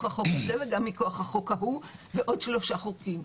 החוק הזה וגם מכוח החוק ההוא ועוד שלושה חוקים.